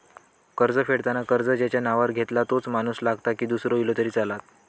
कर्ज फेडताना कर्ज ज्याच्या नावावर घेतला तोच माणूस लागता की दूसरो इलो तरी चलात?